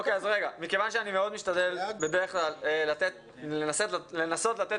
מכיוון שאני מאוד משתדל בדרך כלל לנסות לתת